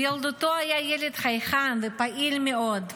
בילדותו היה ילד חייכן ופעיל מאוד,